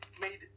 made